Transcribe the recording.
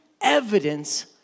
evidence